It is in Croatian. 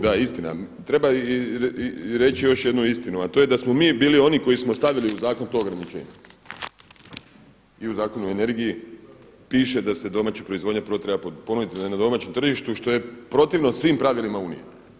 Da istina, treba reći još jednu istinu a to je da smo mi bili oni koji smo stavili u zakon to ograničenje i u Zakonu o energiji piše da se domaća proizvodnja prvo treba ponuditi na jednom domaćem tržištu što je protivno pravilima Unije.